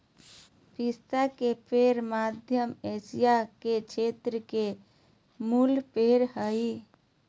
पिस्ता के पेड़ मध्य एशिया के क्षेत्र के मूल पेड़ हइ